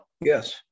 Yes